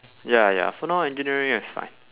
ya ya for now engineering is like